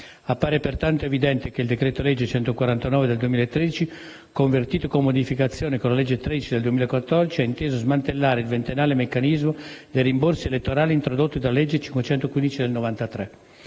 Appare, pertanto, evidente che il decreto-legge n. 149 del 2013, convertito con modificazioni con la legge n. 13 del 2014, ha inteso smantellare il ventennale meccanismo dei rimborsi elettorali introdotto dalla legge n. 515 del 1993,